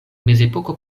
mezepoko